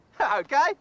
Okay